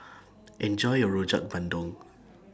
Enjoy your Rojak Bandung